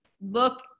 look